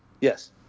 Yes